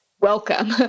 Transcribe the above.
welcome